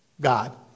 God